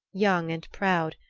young and proud,